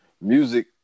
music